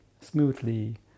smoothly